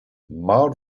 mild